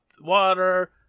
water